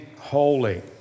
holy